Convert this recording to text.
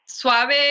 Suave